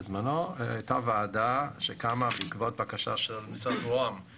הייתה ועדה שקמה בעקבות בקשה של משרד ראש הממשלה